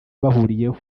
bahuriyeho